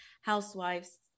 housewives